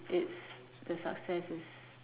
it's the success is